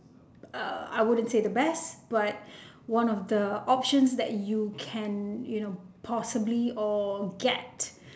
uh I wouldn't say the best but one of the options that you can you know possibly all get